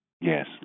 Yes